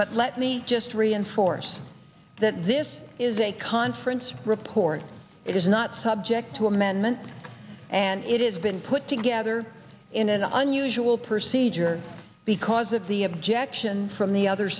but let me just reinforce that this is a conference report it is not subject to amendment and it has been put together in an unusual percy jersey because of the objection from the other